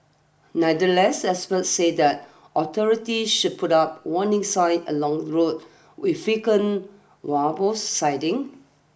nevertheless experts said that authority should put up warning signs along roads with frequent wild boar siding